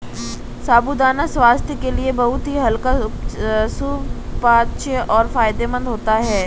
साबूदाना स्वास्थ्य के लिए बहुत ही हल्का सुपाच्य और फायदेमंद होता है